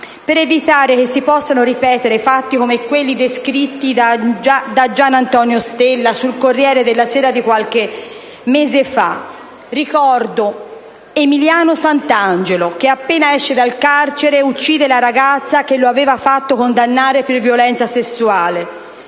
di evitare che si possano ripetere fatti come quelli descritti da Gian Antonio Stella sul «Corriere della Sera» di qualche mese fa. Ricordo, ad esempio, Emiliano Santangelo, che appena esce dal carcere, uccide la ragazza che lo aveva fatto condannare per violenza sessuale;